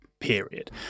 period